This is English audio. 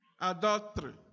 adultery